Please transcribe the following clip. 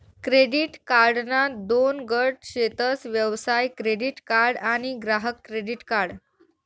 credit कार्डना दोन गट शेतस व्यवसाय क्रेडीट कार्ड आणि ग्राहक क्रेडीट कार्ड